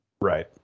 Right